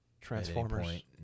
Transformers